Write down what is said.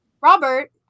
Robert